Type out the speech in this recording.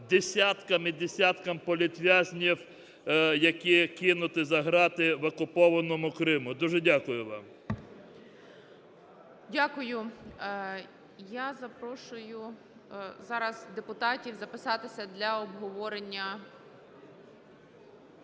Дякую. Я запрошую зараз депутатів записатися для обговорення.